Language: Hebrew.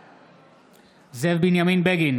בעד זאב בנימין בגין,